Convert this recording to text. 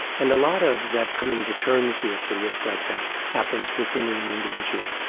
and a lot of that coming to terms with the risk like that happens within an an individual.